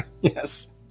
Yes